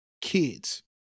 kids